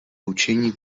hučení